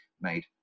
made